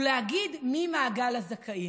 הוא להגיד מי במעגל הזכאים.